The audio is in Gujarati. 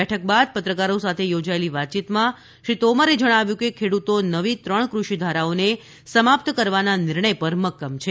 બેઠક બાદ પત્રકારો સાથે યોજાયેલી વાતયીતમાં શ્રી તોમરે જણાવ્યું કે ખેડૂતો નવી ત્રણ કૃષિ ધારાઓને સમાપ્ત કરવાના નિર્ણય પર મક્કમ છે